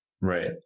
Right